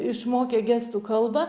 išmokę gestų kalbą